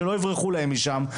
שלא יברחו להם משם,